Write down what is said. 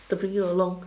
to bring you along